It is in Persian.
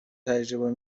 تجربه